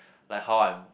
like how I'm